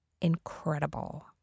incredible